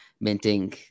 minting